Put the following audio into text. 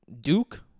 Duke